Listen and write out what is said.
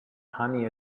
honey